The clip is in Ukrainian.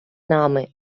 нами